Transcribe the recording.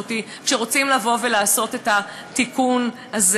הזאת כשרוצים לבוא ולעשות את התיקון הזה?